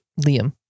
Liam